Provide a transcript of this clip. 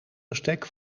bestek